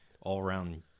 all-around